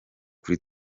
kuri